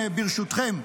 ברשותכם,